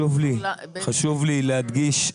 לי להדגיש את